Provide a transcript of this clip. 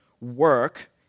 work